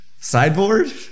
sideboard